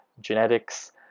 Genetics